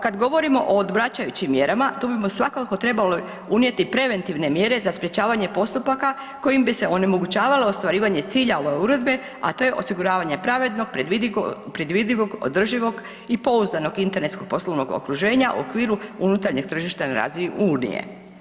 Kao kad govorimo o odvraćajućim mjerama, tu bi svakako trebalo unijeti preventivne mjere za sprječavanje postupaka kojim bi se onemogućavalo ostvarivanje cilja ove uredbe a to je osiguravanje pravednog, predvidivog, održivog i pouzdanog internetskog poslovnog okruženja u okviru unutarnjeg tržišta na razini Unije.